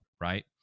Right